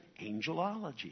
angelology